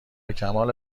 کمال